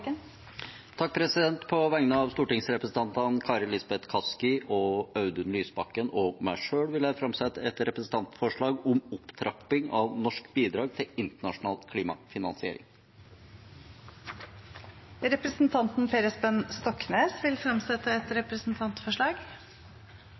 På vegne av stortingsrepresentantene Kari Elisabeth Kaski, Audun Lysbakken og meg selv vil jeg framsette et representantforslag om opptrapping av norsk bidrag til internasjonal klimafinansiering. Representanten Per Espen Stoknes vil fremsette et